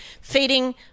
Feeding